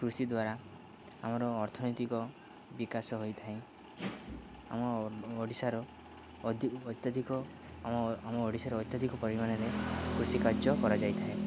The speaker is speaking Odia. କୃଷି ଦ୍ୱାରା ଆମର ଅର୍ଥନୈତିକ ବିକାଶ ହୋଇଥାଏ ଆମ ଓଡ଼ିଶାର ଅତ୍ୟାଧିକ ଆମ ଆମ ଓଡ଼ିଶାର ଅତ୍ୟଧିକ ପରିମାଣରେ କୃଷି କାର୍ଯ୍ୟ କରାଯାଇଥାଏ